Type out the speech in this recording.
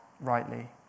Rightly